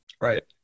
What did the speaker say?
Right